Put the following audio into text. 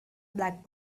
black